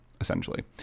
essentially